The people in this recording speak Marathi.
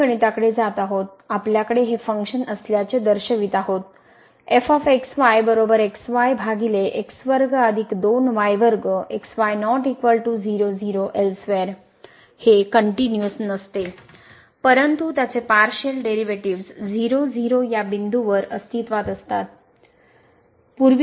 दुसर्या गणिताकडे जात आहोत आपल्याकडे हे फंक्शनअसल्याचे दर्शवित आहोत हे कनट्युनिअस नसते परंतु त्याचे पारशिअल डेरिव्हेटिव्ह्ज 0 0 या बिंदूवर अस्तित्त्वात असतात